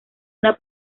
una